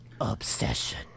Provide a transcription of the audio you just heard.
Obsession